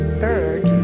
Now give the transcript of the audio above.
bird